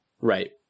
Right